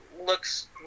looks